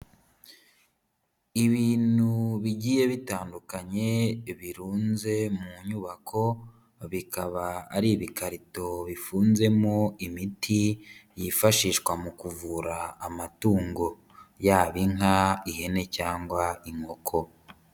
Ibintu bigiye bitandukanye birunze mu nyubako, bikaba ari ibikarito bifunzemo imiti yifashishwa mu kuvura amatungo. Yaba inka, ihene cyangwa inkoko.